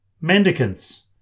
Mendicants